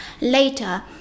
Later